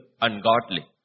ungodly